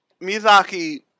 Miyazaki